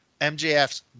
MJF's